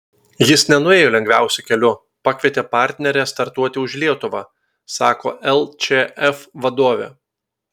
jis nenuėjo lengviausiu keliu pakvietė partnerę startuoti už lietuvą sako lčf vadovė